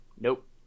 Nope